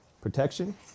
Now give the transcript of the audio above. protection